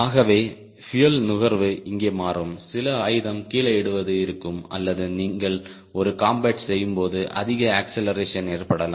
ஆகவே பியூயல் நுகர்வு இங்கே மாறும் சில ஆயுதம் கீழே இடுவது இருக்கும் அல்லது நீங்கள் ஒரு காம்பேட் செய்யும்போது அதிக அக்ஸ்லெரேஷன் ஏற்படலாம்